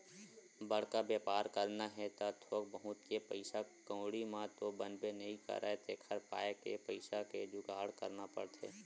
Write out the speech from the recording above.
बड़का बेपार करना हे त थोक बहुत के पइसा कउड़ी म तो बनबे नइ करय तेखर पाय के पइसा के जुगाड़ करना पड़थे